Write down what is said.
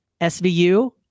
SVU